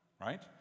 Right